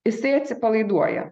jisai atsipalaiduoja